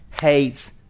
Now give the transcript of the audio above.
hates